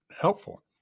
helpful